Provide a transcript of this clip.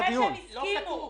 אחרי שהם הסכימו.